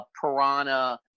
Piranha